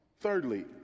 Thirdly